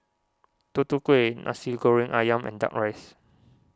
Tutu Kueh Nasi Goreng Ayam and Duck Rice